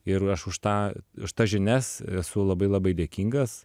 ir aš už tą už tas žinias esu labai labai dėkingas